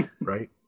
right